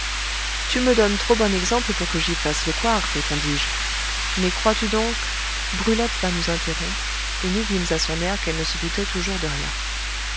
tu me donnes trop bon exemple pour que j'y fasse le couard répondis-je mais crois-tu donc brulette vint nous interrompre et nous vîmes à son air qu'elle ne se doutait toujours de rien